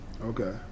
Okay